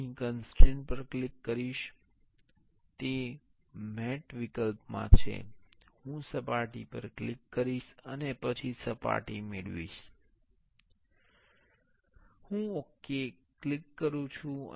હું અહીં ક્ન્સ્ટ્રેઇન પર ક્લિક કરીશ તે મેટ વિકલ્પ માં છે હું સપાટી પર ક્લિક કરીશ અને પછી સપાટી મેળવીશ હું ઓક ક્લિક કરું છું